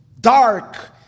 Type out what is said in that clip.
dark